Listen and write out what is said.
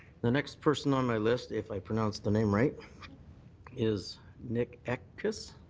the next person on my list if i pronounce the name right is nick etkus.